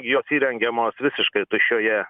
jos įrengiamos visiškai tuščioje